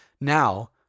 Now